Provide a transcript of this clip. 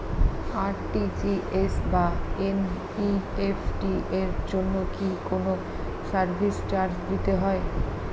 RTGS বা NEFT এর জন্য কি কোনো সার্ভিস চার্জ দিতে হয়?